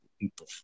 people